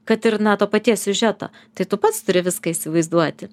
kad ir na to paties siužeto tai tu pats turi viską įsivaizduoti